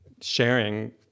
sharing